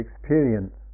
experience